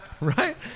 right